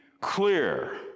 clear